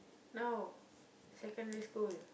no secondary school